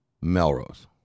Melrose